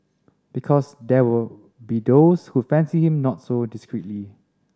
because there will be those who fancy him not so discreetly